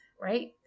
Right